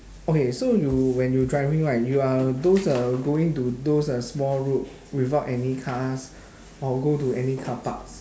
okay so you when you driving right you are those uh going to those uh small road without any cars or go to any carparks